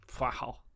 Wow